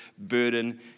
burden